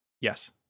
Yes